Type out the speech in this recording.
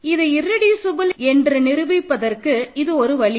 இது இர்ரெடியூசபல் என்று நிரூபிப்பதற்கு இது ஒரு வழி